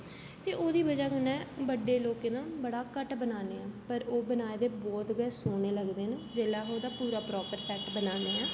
ते ओह्दी बजह कन्नै बड्डे लोकें दा बड़ा घट्ट बनाने आं दे ओह् बनाए दे बहोत गै सोह्ने लगदे न जेल्लै अस ओह्दा पूरा प्रॉपर सेट बनाने आं